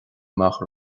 amach